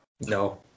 No